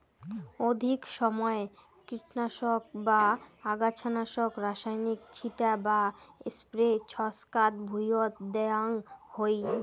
অধিক সমাই কীটনাশক বা আগাছানাশক রাসায়নিক ছিটা বা স্প্রে ছচকাত ভুঁইয়ত দ্যাওয়াং হই